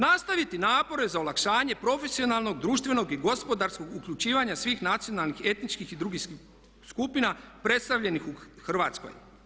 Nastaviti napore za olakšanje profesionalnog, društvenog i gospodarskog uključivanja svih nacionalnih, etničkih i drugih skupina predstavljenih u Hrvatskoj.